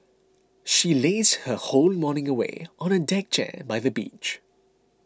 she lazed her whole morning away on a deck chair by the beach